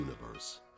universe